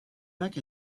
back